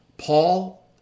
Paul